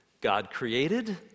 God-created